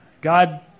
God